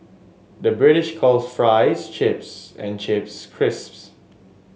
the British calls fries chips and chips crisps